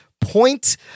point